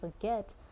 forget